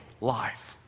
life